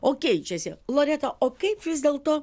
o keičiasi loreta o kaip vis dėlto